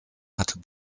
hatte